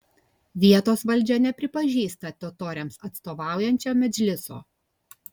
vietos valdžia nepripažįsta totoriams atstovaujančio medžliso